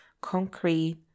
concrete